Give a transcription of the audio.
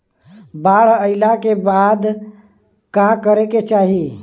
बाढ़ आइला के बाद का करे के चाही?